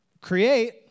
create